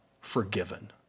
forgiven